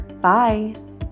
Bye